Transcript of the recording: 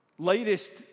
Latest